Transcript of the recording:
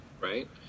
Right